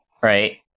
right